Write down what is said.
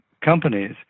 companies